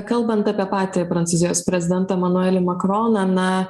kalbant apie patį prancūzijos prezidentą emanuelį makroną na